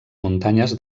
muntanyes